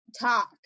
talk